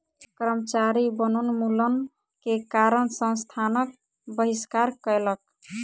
कर्मचारी वनोन्मूलन के कारण संस्थानक बहिष्कार कयलक